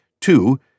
two